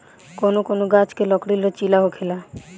कौनो कौनो गाच्छ के लकड़ी लचीला होखेला